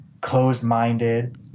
closed-minded